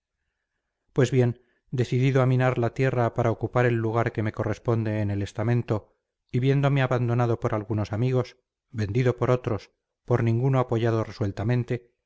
pues bien decidido a minar la tierra para ocupar el lugar que me corresponde en el estamento y viéndome abandonado por algunos amigos vendido por otros por ninguno apoyado resueltamente